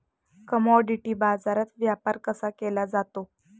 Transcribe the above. Commodity बाजारात व्यापार कसा केला जातो?